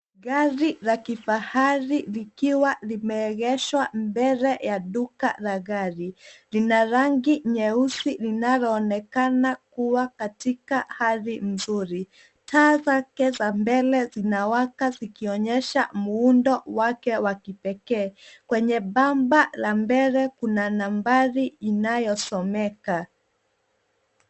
Gari la kifahari likiwa limeegeshwa mbele ya duka la gari. Lina rangi nyeusi linaloonekana kuwa katika hali nzuri. Taa zake za mbele zinawaka zikionyesha muundo wake wa kipekee. Kwenye bamba la mbele kuna nambari inayosomeka.